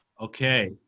okay